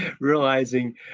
realizing